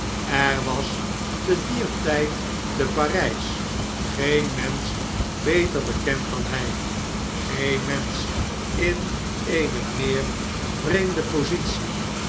er was te dier tijd te p a r fl s geen mensch beter bekend dan hy geen mensch in eene meer vreemde positie